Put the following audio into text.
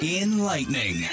enlightening